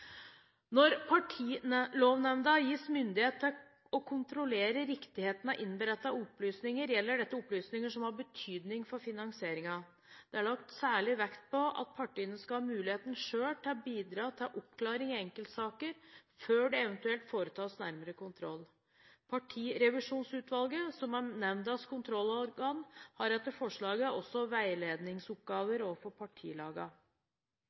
Når Partilovnemnda gis myndighet til å kontrollere riktigheten av innberettede opplysninger, gjelder dette opplysninger som har betydning for finansieringen. Det er lagt særlig vekt på at partiene skal ha mulighet selv til å bidra til oppklaring i enkeltsaker før det eventuelt foretas nærmere kontroll. Partirevisjonsutvalget, som er nemndens kontrollorgan, har etter forslaget også